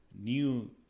new